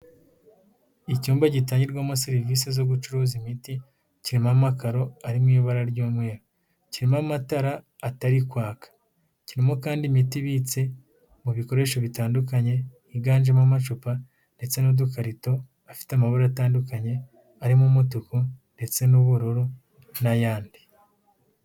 Icyumba gitangirwamo serivisi zo gucuruza imiti, cyirimo amakaro ari mu ibara ry'umweru. Kirimo amatara atari kwaka kirimo kandi imiti ibitse mu bikoresho bitandukanye higanjemo amacupa ndetse n'udukarito, afite amabara atandukanye arimo umutuku ndetse n'ubururu n'ayandi.